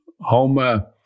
Homa